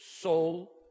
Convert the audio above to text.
soul